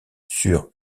sur